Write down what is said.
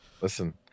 Listen